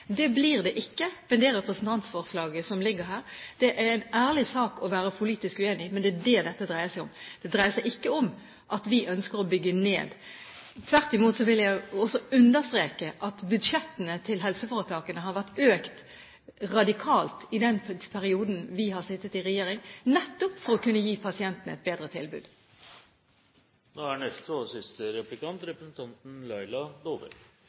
Det blir det ikke med det representantforslaget som ligger her. Det er en ærlig sak å være politisk uenig, men det er dét dette dreier seg om. Det dreier seg ikke om at vi ønsker å bygge ned. Tvert imot, jeg vil understreke at budsjettene til helseforetakene har økt radikalt i den perioden vi har sittet i regjering, nettopp for å kunne gi pasientene et bedre tilbud. Statsråden sier at valgfriheten ikke er redusert. Jo, den er redusert. Valgfriheten er redusert utrolig mye innenfor ideell sektor, og